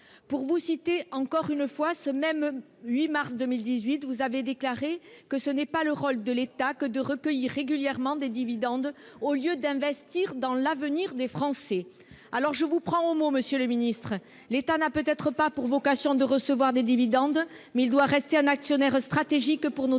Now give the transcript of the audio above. Pour vous citer encore une fois, toujours le 8 mars 2018, vous avez déclaré :« Ce n'est pas le rôle de l'État que de recueillir régulièrement des dividendes au lieu d'investir dans l'avenir des Français. » Alors, je vous prends au mot, monsieur le ministre : l'État n'a peut-être pas pour vocation à recevoir des dividendes, mais il doit rester un actionnaire stratégique pour nos territoires.